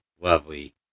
lovely